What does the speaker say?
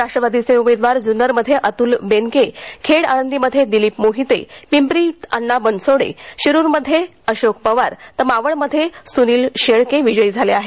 राष्ट्रवादीचे उमेदवार जुन्नरमध्ये अतुल बेनके खेड आळंदीमध्ये दिलीप मोहिते पिंपरी अण्णा बनसोडे शिरूरमध्ये अशोक पवार तर मावळमध्ये सुनील शेळके विजयी झाले आहेत